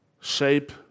shape